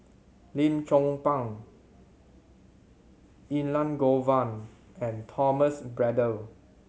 Lim Chong Pang Elangovan and Thomas Braddell